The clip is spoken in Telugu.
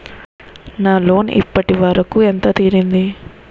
నా లోన్ ఇప్పటి వరకూ ఎంత తీరింది?